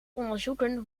onderzoeken